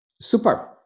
Super